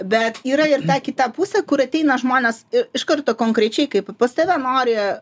bet yra ir ta kita pusė kur ateina žmonės iš karto konkrečiai kaip pas tave nori